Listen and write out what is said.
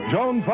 Joan